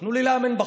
תנו לי לאמן בחוץ,